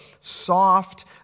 soft